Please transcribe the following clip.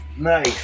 Nice